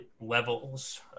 levels